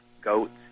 goats